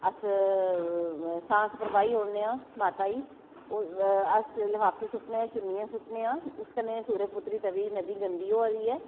अस सांख परवाही ओड़ने आं माता ई और अस लफाफे सुट्टने आं चुन्नियां सुट्टने आं उस कन्नै सूर्य पुत्री तवी नदी गंदी होआ दी ऐ